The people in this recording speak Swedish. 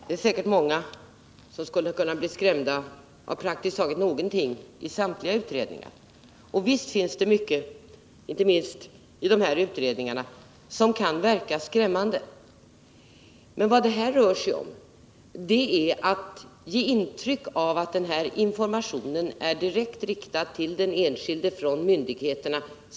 Herr talman! Det är säkerligen många som skulle kunna bli skrämda av någonting i praktiskt taget samtliga utredningar. Visst finns det mycket, inte minst i de här utredningarna, som kan verka skrämmande. Men vad det här rör sig om är att ge intryck av att informationen är direkt riktad till den enskilde från myndigheterna.